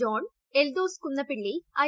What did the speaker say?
John Eldhose Kunnappilly I